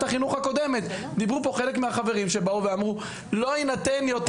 החינוך הקודמת ודיברו בה חלק מהחברים על כך שזה לא יהיה יותר,